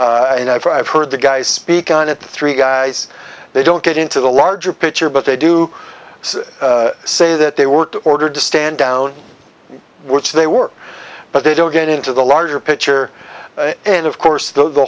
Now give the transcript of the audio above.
and i've heard the guy speak on it three guys they don't get into the larger picture but they do say that they were ordered to stand down which they were but they don't get into the larger picture and of course th